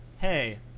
Hey